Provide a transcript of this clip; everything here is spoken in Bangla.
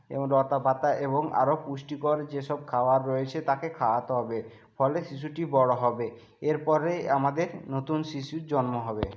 এবং লতা পাতা এবং আরও পুষ্টিকর যেসব খাবার রয়েছে তাকে খাওয়াতে হবে ফলে শিশুটি বড়ো হবে এরপরে আমাদের নতুন শিশুর জন্ম হবে